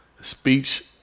speech